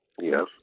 Yes